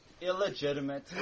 illegitimate